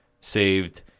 saved